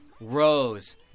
Rose